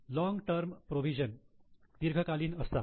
long term provision दीर्घकालीन असतात